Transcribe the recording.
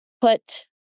put